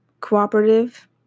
cooperative